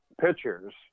pitchers